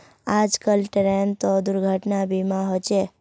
आजकल ट्रेनतो दुर्घटना बीमा होचे